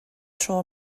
tro